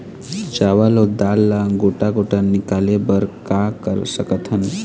चावल अऊ दाल ला गोटा गोटा निकाले बर का कर सकथन?